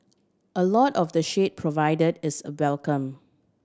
a lot of the shade provided is a welcome